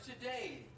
today